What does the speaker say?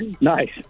Nice